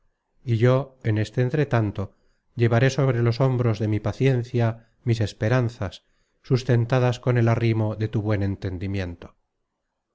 y yo en este entretanto llevaré sobre los hombros de mi paciencia mis esperanzas sustentadas con el arrimo de tu buen entendimiento